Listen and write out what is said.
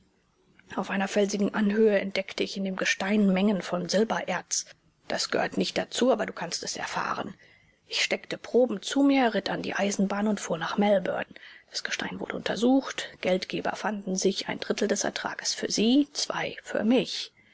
auf einer felsigen anhöhe entdeckte ich in dem gestein mengen von silbererz das gehört nicht dazu aber du kannst es erfahren ich steckte proben zu mir ritt an die eisenbahn und fuhr nach melbourne das gestein wurde untersucht geldgeber fanden sich ein drittel des ertrages für sie zwei für mich